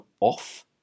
off